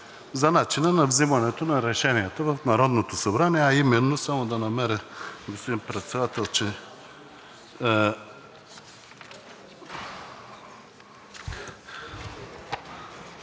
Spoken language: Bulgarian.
за начина на взимането на решенията в Народното събрание, а именно... Само да намеря, господин Председател, че...